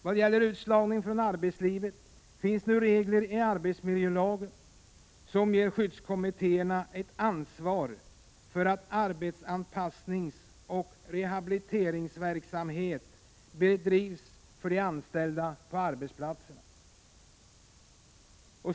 Vad gäller utslagning från arbetslivet finns nu regler i arbetsmiljölagen som ger skyddskommittéerna ett ansvar för att arbetsanpassningsoch rehabiliteringsverksamhet bedrivs för de anställda på arbetsplatserna.